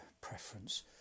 preference